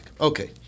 Okay